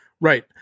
Right